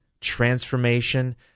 transformation